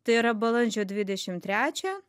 tai yra balandžio dvidešim trečią